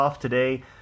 today